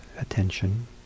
attention